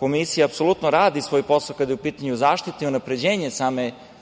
Komisija apsolutno radi svoj posao kada je u pitanju zaštita i unapređenje same konkurencije,